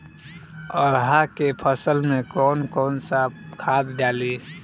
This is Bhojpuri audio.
अरहा के फसल में कौन कौनसा खाद डाली?